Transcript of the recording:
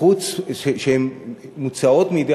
שמוצאות מידי